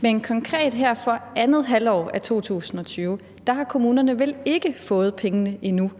Men konkret her for det andet halvår af 2020 har kommunerne vel ikke fået pengene endnu.